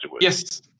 Yes